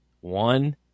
One